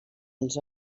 els